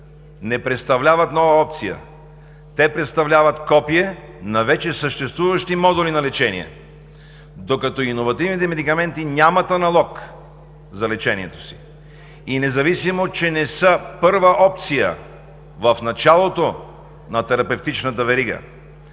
не представляват нова опция, те представляват копие на вече съществуващи модули на лечение, докато иновативните медикаменти нямат аналог за лечението си и независимо, че не са първа опция в началото на терапевтичната верига,